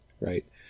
right